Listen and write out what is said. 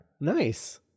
Nice